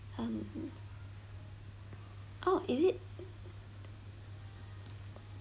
um oh is it